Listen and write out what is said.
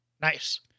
Nice